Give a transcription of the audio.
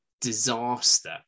disaster